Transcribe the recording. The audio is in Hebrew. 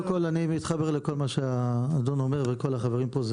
אני מתחבר לכל מה שהאדון אומר וכל החברים פה,